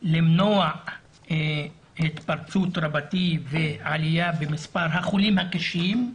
למנוע התפרצות רבתי ועלייה במספר החולים הקשים,